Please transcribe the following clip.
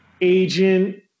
agent